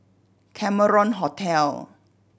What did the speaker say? Cameron Hotel